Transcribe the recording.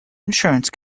insurance